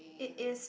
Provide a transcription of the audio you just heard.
it is